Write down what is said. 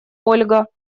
ольга